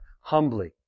humbly